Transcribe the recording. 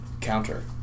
counter